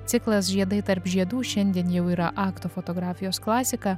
ciklas žiedai tarp žiedų šiandien jau yra aktų fotografijos klasika